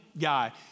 guy